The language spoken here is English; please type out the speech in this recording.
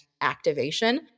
activation